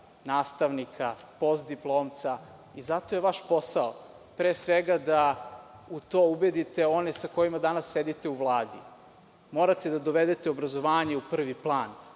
nastavnika, postdiplomca. Zato je vaš posao, pre svega, da u to ubedite i one sa kojima danas sedite u Vladi. Morate da dovedete obrazovanje u prvi plan.